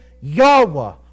Yahweh